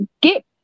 get